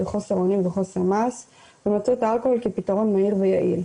חוסר אונים וחוסר מעש ומצאו את האלכוהול כפתרון מהיר ויעיל.